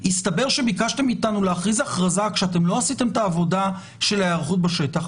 הסתבר שביקשתם מאיתנו להכריז הכרזה כשלא עשיתם את עבודת ההיערכות בשטח.